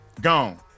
gone